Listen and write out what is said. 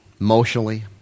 emotionally